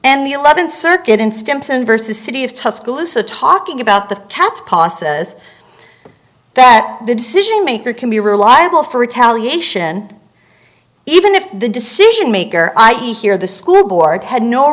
and the eleventh circuit in stimpson versus city of tuscaloosa talking about the caps possumus that the decision maker can be reliable for retaliation even if the decision maker i e here the school board had no